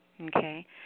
Okay